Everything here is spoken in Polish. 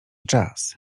czas